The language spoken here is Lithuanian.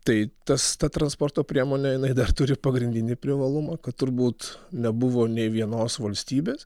tai tas ta transporto priemonė jinai dar turi pagrindinį privalumą kad turbūt nebuvo nė vienos valstybės